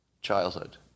childhood